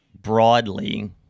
broadly